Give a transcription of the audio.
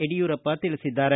ಯಡಿಯೂರಪ್ಪ ತಿಳಿಸಿದ್ದಾರೆ